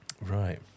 Right